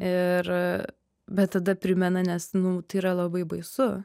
ir bet tada primena nes nu tai yra labai baisu